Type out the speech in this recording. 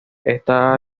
esta